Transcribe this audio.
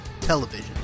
television